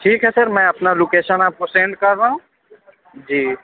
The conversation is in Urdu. ٹھیک ہے سر میں اپنا لوکیشن آپ کو سینڈ کر رہا ہوں جی